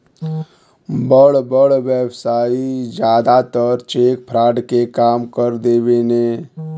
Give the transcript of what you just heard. बड़ बड़ व्यवसायी जादातर चेक फ्रॉड के काम कर देवेने